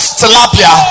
tilapia